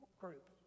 group